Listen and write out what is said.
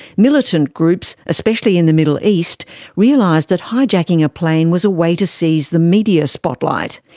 militant groups especially in the middle east realised that hijacking a plane was a way to seize the media spotlight.